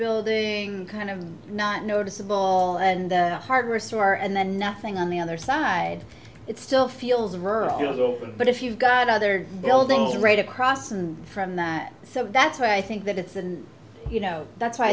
building kind of not noticeable and hardware store and then nothing on the other side it still feels her feel but if you've got other buildings right across and from that so that's why i think that it's and you know that's why